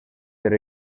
per